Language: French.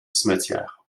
cimetière